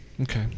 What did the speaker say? Okay